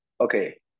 okay